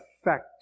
effect